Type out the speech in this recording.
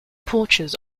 porches